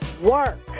work